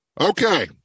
Okay